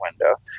window